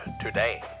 today